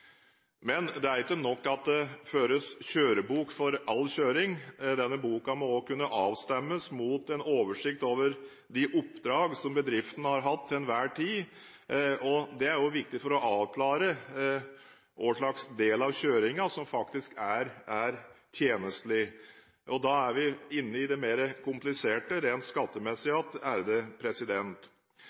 Men det er ikke nok at det føres kjørebok for all kjøring, denne boken må også kunne avstemmes mot en oversikt over de oppdrag som bedriften har hatt til enhver tid. Det er også viktig for å avklare hvilken del av kjøringen som faktisk er tjenstlig, og da er vi inne i det mer kompliserte rent skattemessig